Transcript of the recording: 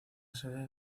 sede